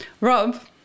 Rob